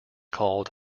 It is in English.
called